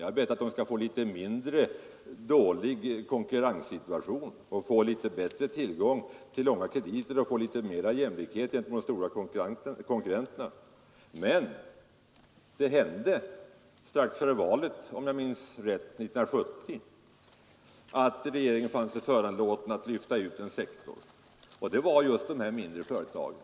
Jag har bett att de skall få litet mindre dålig konkurrenssituation genom något bättre tillgång till långa krediter och därmed litet större jämlikhet i förhållande till de stora konkurrenterna. Men det har än en gång hänt — jag vill minnas att förra gången var strax före valet 1970 — att regeringen funnit sig föranlåten att lyfta ut en sektor, nämligen just de mindre företagen.